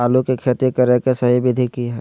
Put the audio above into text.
आलू के खेती करें के सही विधि की हय?